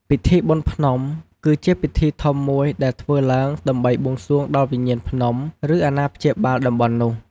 ពិធីបុណ្យភ្នំគឺជាពិធីធំមួយដែលធ្វើឡើងដើម្បីបួងសួងដល់វិញ្ញាណភ្នំ ឬអាណាព្យាបាលតំបន់នោះ។